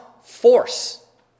force